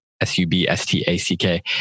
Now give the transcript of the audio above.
S-U-B-S-T-A-C-K